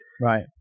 Right